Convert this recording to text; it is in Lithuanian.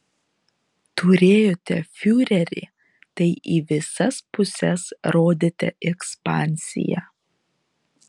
turėjote fiurerį tai į visas puses rodėte ekspansiją